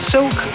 Silk